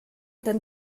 ten